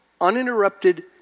uninterrupted